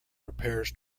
repairs